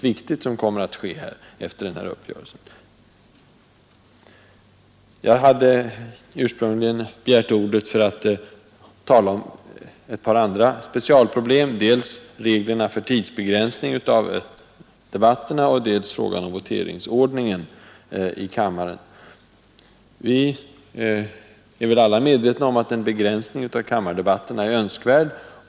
Jag hade ursprungligen begärt ordet för att tala om ett par andra specialproblem, dels reglerna för tidsbegränsning av debatterna, dels frågan om voteringsordningen i kammaren. Vi anser väl alla att en begränsning av kammardebatterna är önskvärd.